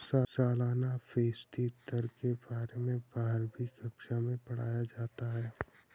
सालाना फ़ीसदी दर के बारे में बारहवीं कक्षा मैं पढ़ाया जाता है